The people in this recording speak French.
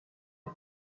est